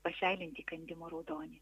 paseilinti įkandimo raudonį